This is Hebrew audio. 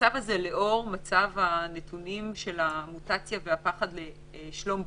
לאור מצב הנתונים של המוטציה והפחד לשלום הציבור,